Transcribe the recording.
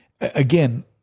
again